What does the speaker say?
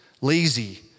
lazy